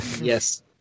Yes